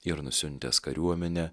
ir nusiuntęs kariuomenę